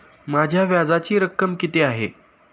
माझ्या व्याजाची रक्कम किती आहे?